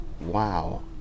wow